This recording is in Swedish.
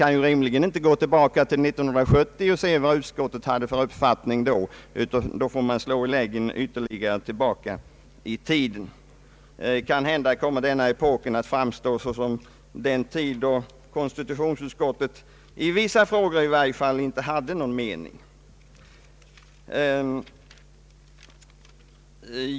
Man kan rimligen inte gå tillbaka till år 1970 och se vad utskottet hade för uppfattning då, utan man får slå i läggen ytterligare tillbaka i tiden. Kanhända kommer denna epok att framstå såsom den tid då konstitutionsutskottet — åtminstone i vissa frågor — inte hade någon mening alls.